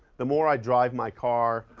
the more i drive my car,